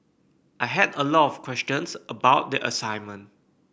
I had a lot questions about the assignment